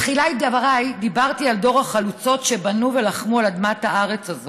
בתחילת דבריי דיברתי על דור החלוצות שבנו ולחמו על אדמת הארץ הזאת,